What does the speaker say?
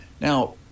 Now